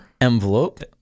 Envelope